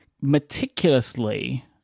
meticulously